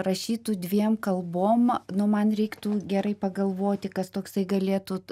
rašytų dviem kalbom nu man reiktų gerai pagalvoti kas toksai galėtų